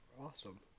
Awesome